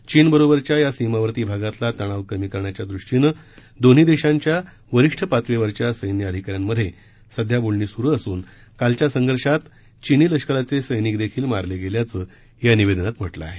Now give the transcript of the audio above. चीनबरोबरच्या या सीमावर्ती भागातला तणाव कमी करण्याच्या दृष्टीनं दोन्ही देशांच्या वरिष्ठ पातळीवरच्या सैन्य अधिकाऱ्यांमध्ये सध्या बोलणी सुरु असून कालच्या संघर्षात चिनी लष्कराचे सैनिक देखील मारले गेल्याचं या निवेदनात म्हटलं आहे